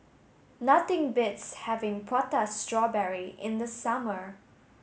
nothing beats having prata strawberry in the summer